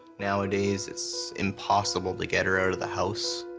nowadays it's impossible to get her out of the house.